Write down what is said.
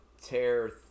tear